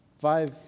Five